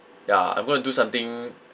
ya I'm going to do something